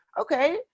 okay